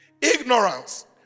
Ignorance